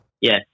Yes